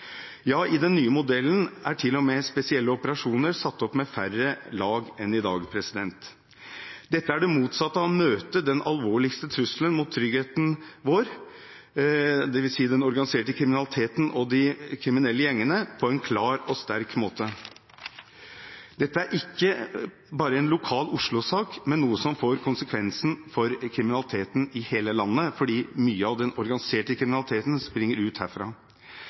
Ja, i den nye modellen er til og med Spesielle Operasjoner satt opp med færre lag enn i dag. Dette er det motsatte av å møte den alvorligste trusselen mot tryggheten vår, dvs. den organiserte kriminaliteten og de kriminelle gjengene, på en klar og sterk måte. Dette er ikke bare en lokal Oslo-sak, men noe som får konsekvenser for kriminaliteten i hele landet, fordi mye av den organiserte kriminaliteten springer ut herfra.